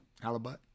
Halibut